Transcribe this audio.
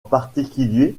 particulier